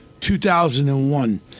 2001